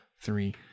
three